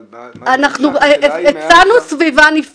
אבל השאלה היא אם היה אפשר --- אנחנו הצענו סביבה נפרדת,